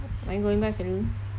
are you going back finland